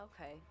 Okay